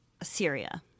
Assyria